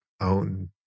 own